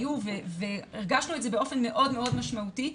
שהיו והרגשנו את זה באופן מאוד מאוד משמעותי,